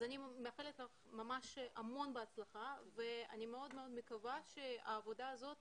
אז אני מאחלת לך ממש המון בהצלחה ואני מאוד מקווה שהעבודה הזאת